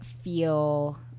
feel